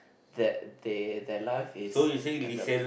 that they their life is kind of